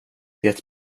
det